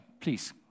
please